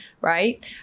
right